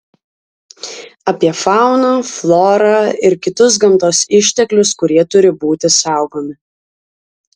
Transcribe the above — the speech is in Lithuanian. apie fauną florą ir kitus gamtos išteklius kurie turi būti saugomi